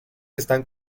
están